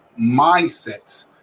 mindsets